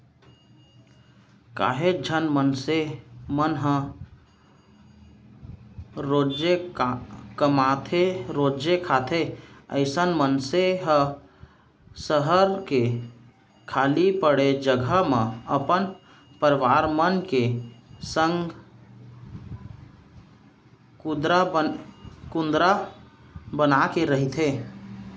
काहेच झन मनसे मन ह रोजे कमाथेरोजे खाथे अइसन मनसे ह सहर के खाली पड़े जघा म अपन परवार मन के संग कुंदरा बनाके रहिथे